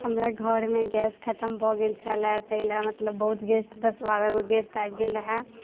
हमरा घरमे गैस खतम भऽ गेल छलै तै लए मतलब बहुत गेस्ट दस बारहगो गेस्ट आइब गेल रहै